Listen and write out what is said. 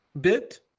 bit